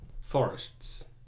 forests